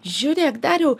žiūrėk dariau